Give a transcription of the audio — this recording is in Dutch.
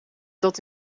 dat